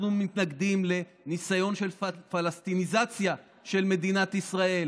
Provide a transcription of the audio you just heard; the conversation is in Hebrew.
אנחנו מתנגדים לניסיון של פלסטיניזציה של מדינת ישראל.